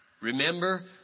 Remember